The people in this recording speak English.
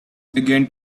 began